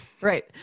right